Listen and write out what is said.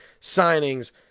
signings